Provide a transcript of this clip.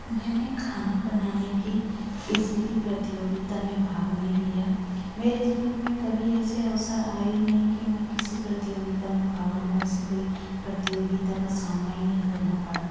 मैंने खाना बनाने की किसी भी प्रतियोगिता में भाग नहीं लिया मेरे जीवन में कभी ऐसे अवसर आए ही नहीं कि मैं किसी प्रतियोगिता में भाग लूँ ऐसी कोई प्रतियोगिता का सामना ही नहीं करना पड़ा